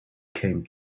came